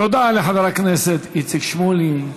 תודה לחבר הכנסת איציק שמולי,